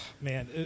man